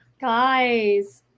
Guys